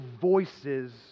voices